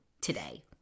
today